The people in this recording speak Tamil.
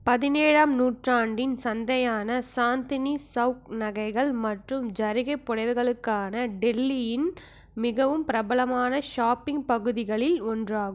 பதினேழாம் நூற்றாண்டின் சந்தையான சாந்தினி சௌக் நகைகள் மற்றும் ஜரிகை புடவைகளுக்கான டெல்லியின் மிகவும் பிரபலமான ஷாப்பிங் பகுதிகளில் ஒன்றாகும்